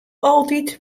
altyd